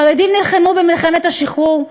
חרדים נלחמו במלחמת השחרור,